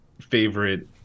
favorite